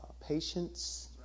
patience